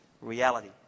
Reality